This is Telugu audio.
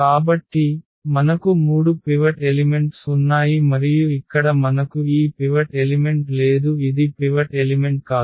కాబట్టి మనకు మూడు పివట్ ఎలిమెంట్స్ ఉన్నాయి మరియు ఇక్కడ మనకు ఈ పివట్ ఎలిమెంట్ లేదు ఇది పివట్ ఎలిమెంట్ కాదు